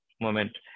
moment